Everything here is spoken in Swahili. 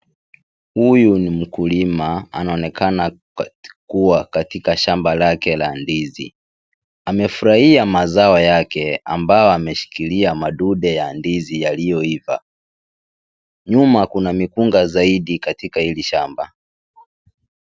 Huyu ni mkulima anaonekana kuwa katika shamba lake la ndizi. Amefurahia mazao yake ambao ameshikilia madunde ya ndizi yaliyoiva. Nyuma kuna mikunga zaidi katika hili shamba.